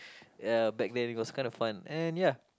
ya back then it was kind of fun and ya